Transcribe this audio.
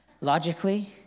logically